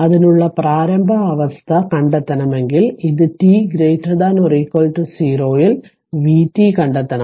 അതിനുള്ള പ്രാരംഭ അവസ്ഥ കണ്ടെത്തണമെങ്കിൽ ഇത് t 0 ൽ vt കണ്ടെത്തണം